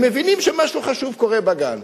הם מבינים שמשהו חשוב קורה בגן.